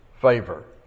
favor